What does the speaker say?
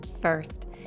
first